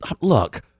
Look